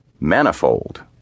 Manifold